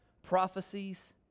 Prophecies